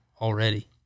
already